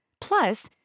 Plus